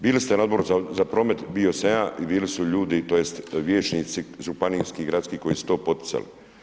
Bili ste u Odboru za promet, bio sam ja i bili su ljudi, tj. vijećnici, županijski, gradski, koji su to poticali.